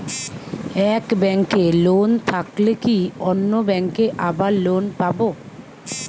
এক ব্যাঙ্কে লোন থাকলে কি অন্য ব্যাঙ্কে আবার লোন পাব?